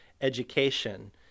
education